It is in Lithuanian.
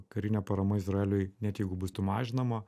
karinė parama izraeliui net jeigu bus sumažinama